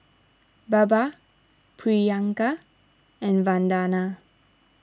Baba Priyanka and Vandana